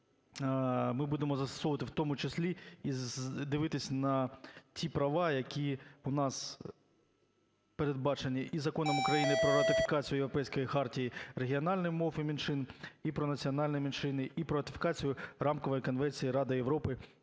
ми будемо застосовувати, в тому числі і дивитись на ті права, які у нас передбачені і Законом України "Про ратифікацію Європейської хартії регіональних мов і меншин", і "Про національні меншини", і "Про ратифікацію Рамкової конвенції Ради Європи